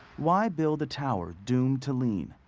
why build a tower doomed to lean?